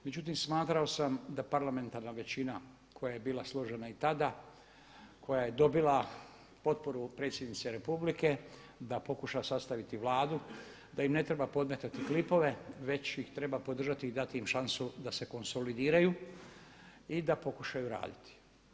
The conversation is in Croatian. Međutim, smatrao sam da parlamentarna većina koja je bila složena i tada, koja je dobila potporu Predsjednice Republike da pokuša sastaviti Vladu, da im ne treba podmetati klipove već ih treba podržati i dati im šansu da se konsolidiraju i da pokušaju raditi.